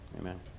Amen